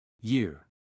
Year